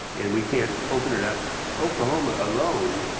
and we can't open it up. oklahoma alone,